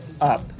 up